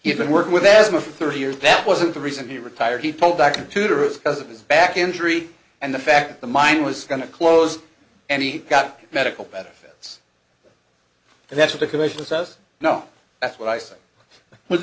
had been working with asthma for thirty years that wasn't the reason he retired he told that computers because of his back injury and the fact that the mine was going to close any got medical benefits that's what the commissioner says no that's what i